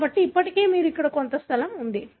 కాబట్టి ఇప్పటికీ మీకు ఇక్కడ కొంత స్థలం ఉంది